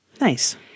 Nice